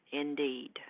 indeed